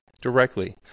directly